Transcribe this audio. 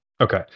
Okay